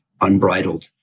unbridled